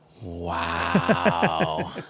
Wow